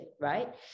right